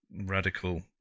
radical